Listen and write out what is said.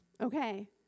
Okay